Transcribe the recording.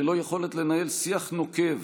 ללא יכולת לנהל שיח נוקב,